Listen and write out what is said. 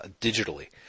digitally